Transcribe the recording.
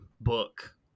book